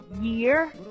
year